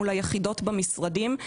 מול היחידות במשרדים.